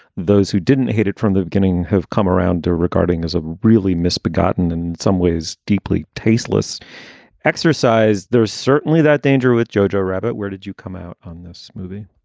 those who didn't hate it from the beginning have come around to recording as a really misbegotten, in some ways deeply tasteless exercise. there is certainly that danger with joe-joe rabbit. where did you come out on this movie?